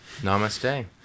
namaste